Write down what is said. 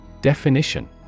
Definition